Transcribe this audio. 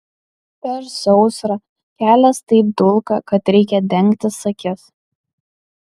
per sausrą kelias taip dulka kad reikia dengtis akis